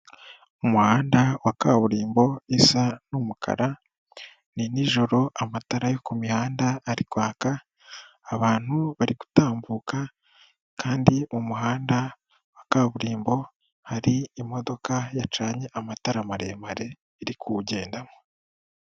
Umuhanda wa kaburimbo isa n'umukara, ni nijoro amatara yo ku mihanda ari kwaka, abantu bari gutambuka, kandi mumuhanda wa kaburimbo hari imodoka yacanye amatara maremare irikuwugendamo.